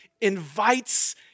invites